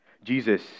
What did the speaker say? Jesus